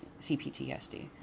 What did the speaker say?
CPTSD